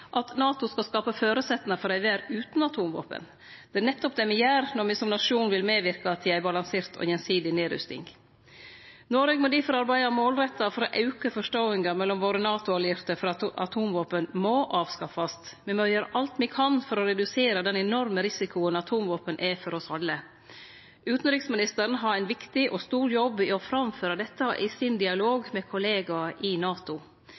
at NATO skal skape føresetnad for ei verd utan atomvåpen. Det er nettopp det me gjer, når me som nasjon vil medverke til ei balansert og gjensidig nedrusting. Noreg må difor arbeide målretta for å auke forståinga mellom våre NATO-allierte for at atomvåpen må avskaffast. Me må gjere alt me kan for å redusere den enorme risikoen atomvåpen er for oss alle. Utanriksministeren har ein viktig og stor jobb i å framføre dette i dialogen sin med kollegaer i NATO.